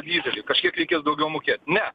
dyzelį kažkiek reikės daugiau mokėt ne